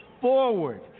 forward